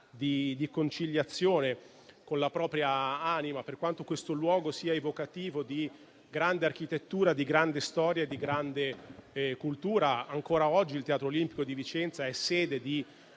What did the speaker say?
di conciliazione con la propria anima, per quanto questo luogo sia evocativo di grande architettura, di grande storia e di grande cultura. Ancora oggi il Teatro olimpico di Vicenza è sede di